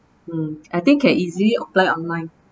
mm I think can easily apply online